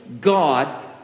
God